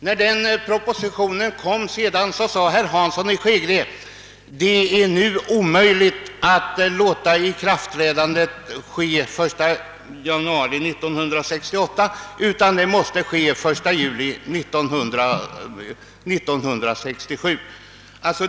När propositionen kom, sade herr Hansson i Skegrie: Det är nu omöjligt att låta ikraftträdandet ske den 1 januari 1968; det måste ske den 1 juli 1967.